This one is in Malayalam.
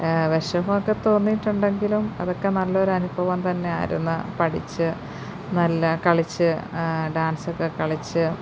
വിഷമം ഒക്കെ തോന്നിയിട്ടുണ്ടെങ്കിലും അതൊക്കെ നല്ലൊരു അനുഭവം തന്നെയായിരുന്നു പഠിച്ച് നല്ല കളിച്ച് ഡാൻസ് ഒക്കെ കളിച്ച്